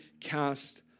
cast